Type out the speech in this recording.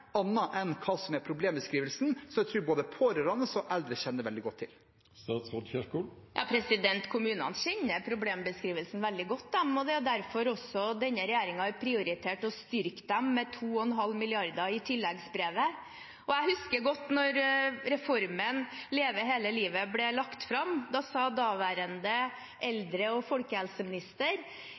enn hva som er problembeskrivelsen, som jeg tror både de pårørende og eldre kjenner veldig godt til. Kommunene kjenner problembeskrivelsen veldig godt, og det er jo også derfor denne regjeringen har prioritert å styrke dem med 2,5 mrd. kr i tilleggsnummeret. Jeg husker godt da reformen Leve hele livet ble lagt fram. Da sa den daværende eldre- og